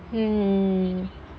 mm